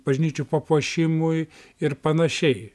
bažnyčių papuošimui ir panašiai